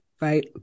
right